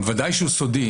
ודאי שהוא סודי.